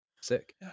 sick